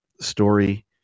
story